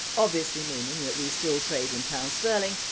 obviously meaning that we still trade in pounds sterling,